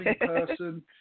person